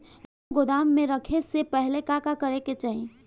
गेहु गोदाम मे रखे से पहिले का का करे के चाही?